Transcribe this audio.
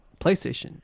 PlayStation